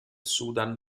sudan